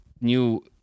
new